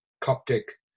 Coptic